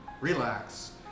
Relax